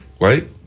right